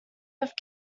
have